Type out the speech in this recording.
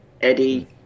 Eddie